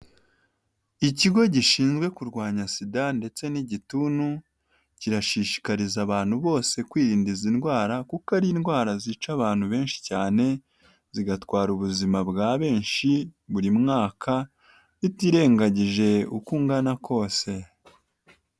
Ikigo gishinzwe kurwanya sida ndetse n'igituntu kirashishikariza abantu bose kwirinda izi ndwara kuko ari indwara zica abantu benshi cyane zigatwara ubuzima bwa benshi buri mwaka butirengagije uko ungana kose.